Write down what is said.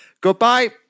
goodbye